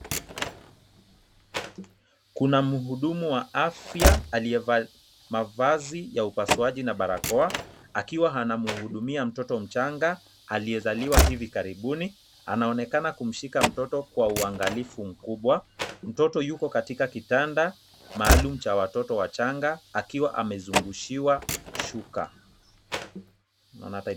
Kuna muhudumu wa afya aliyevaa mavazi ya upasuaji na barakoa, akiwa anamuhudumia mtoto mchanga aliyezaliwa hivi karibuni. Anaonekana kumshika mtoto kwa uangalifu mkubwa, mtoto yuko katika kitanda maalum cha watoto wachanga akiwa amezungushiwa shuka.